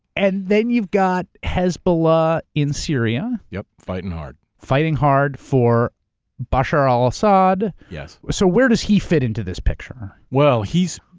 and then you've got hezbollah in syria. yup, fighting hard. fighting hard for bashar al assad. yes. so where does he fit in to this picture? well, he's,